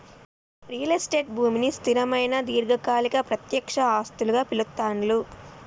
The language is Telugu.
రియల్ ఎస్టేట్ భూమిని స్థిరమైన దీర్ఘకాలిక ప్రత్యక్ష ఆస్తులుగా పిలుత్తాండ్లు